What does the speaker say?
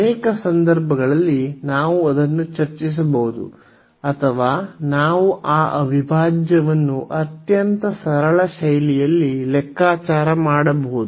ಅನೇಕ ಸಂದರ್ಭಗಳಲ್ಲಿ ನಾವು ಅದನ್ನು ಚರ್ಚಿಸಬಹುದು ಅಥವಾ ನಾವು ಆ ಅವಿಭಾಜ್ಯವನ್ನು ಅತ್ಯಂತ ಸರಳ ಶೈಲಿಯಲ್ಲಿ ಲೆಕ್ಕಾಚಾರ ಮಾಡಬಹುದು